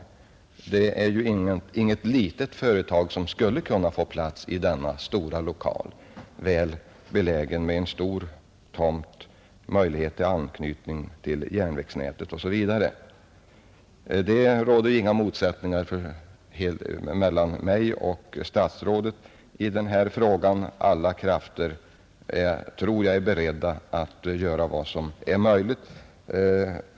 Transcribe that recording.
Det är ju inte fråga om något litet företag som skulle få plats i denna stora lokal, väl belägen med en stor tomt, möjlighet till anknytning till järnvägsnätet osv. Det råder inga motsättningar mellan mig och statsrådet i denna fråga; jag tror att alla krafter är beredda att göra vad som är möjligt.